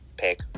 pick